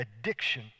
addiction